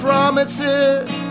promises